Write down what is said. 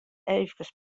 eefkes